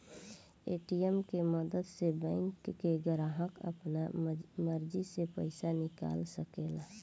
ATM के मदद से बैंक के ग्राहक आपना मर्जी से पइसा निकाल सकेला